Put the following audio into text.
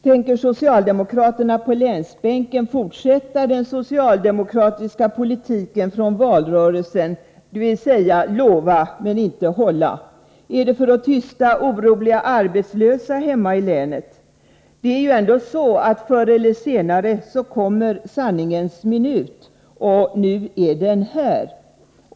Tänker socialdemokraterna på länsbänken fortsätta den socialdemokratiska politiken från valrörelsen, dvs. lova men inte hålla? Gör man sådana här uttalanden för att tysta oroliga arbetslösa hemma i länet? Förr eller senare kommer ju alltid sanningens minut, och nu är den här.